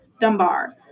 Dunbar